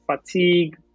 fatigue